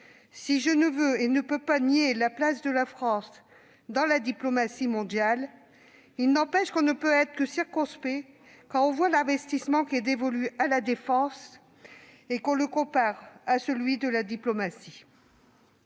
Si je ne veux, et ne peux, nier la place de la France dans la diplomatie mondiale, on ne peut être que circonspect lorsque l'on observe l'investissement dévolu à la défense et qu'on le compare à celui de la diplomatie.